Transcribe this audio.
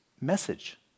message